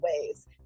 ways